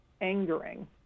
angering